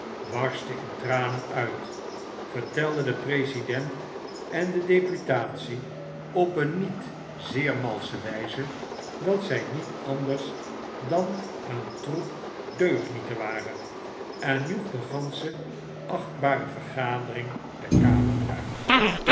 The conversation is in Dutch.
barstte in tranen uit vertelde den president en de deputatie op een niet zeer malsche wijze dat zy niet anders dan een troep deugnieten waren en joegdegiansche achtbarfc vergadering de kamer uit